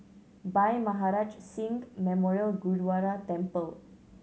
Bhai Maharaj Singh Memorial Gurdwara Temple